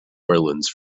orleans